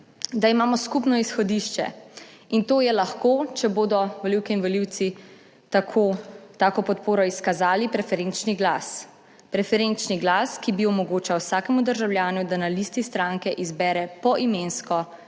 da imamo skupno izhodišče, in to je lahko, če bodo volivke in volivci tako podporo izkazali preferenčni glas, preferenčni glas, ki bi omogočal vsakemu državljanu, da na listi stranke izbere poimensko.